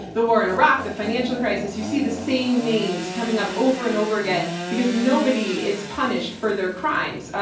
the war in iraq, the financial crisis, you see the same names coming up over and over again, because nobody is punished for their crimes.